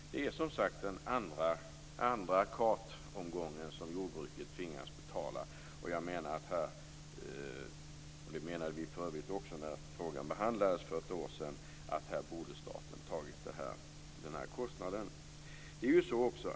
Detta är, som sagt, den andra kartomgång som jordbruket tvingas betala. Jag menar, som vi för övrigt också gjorde när frågan behandlades för ett år sedan, att staten borde ha tagit på sig den här kostnaden.